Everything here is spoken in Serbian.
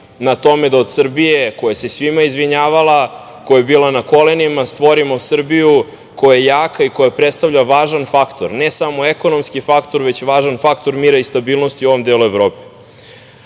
na tome da od Srbije koja se svim izvinjavala, koja je bila na kolenima stvorimo Srbiju koja je jaka i koja predstavlja važan faktor, ne samo ekonomski faktor, već važan faktor mira i stabilnosti u ovom delu Evrope. Takvo